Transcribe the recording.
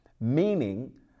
meaning